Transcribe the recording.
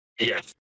yes